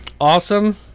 awesome